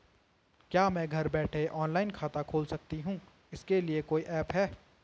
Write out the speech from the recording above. क्या मैं घर बैठे ऑनलाइन खाता खोल सकती हूँ इसके लिए कोई ऐप है?